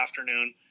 afternoon